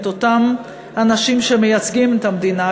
את אותם אנשים שמייצגים את המדינה,